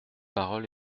parole